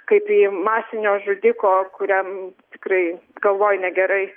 kaip į masinio žudiko kuriam tikrai galvoj negerai